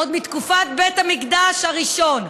עוד מתקופת בית המקדש הראשון.